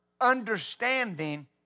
understanding